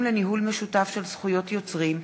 לניהול משותף של זכויות יוצרים),